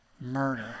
Murder